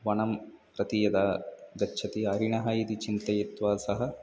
वनं प्रति यदा गच्छति हरिणः इति चिन्तयित्वा सः